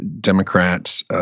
Democrats